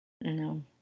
No